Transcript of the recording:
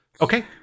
Okay